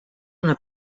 una